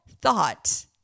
thought